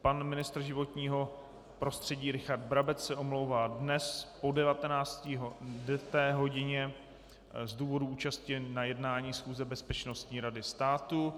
Pan ministr životního prostředí Richard Brabec se omlouvá dnes po 19. hodině z důvodu účasti na jednání schůze Bezpečnostní rady státu.